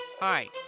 Hi